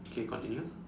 K continue